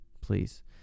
Please